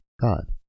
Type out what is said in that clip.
God